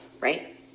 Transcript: right